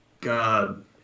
god